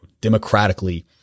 democratically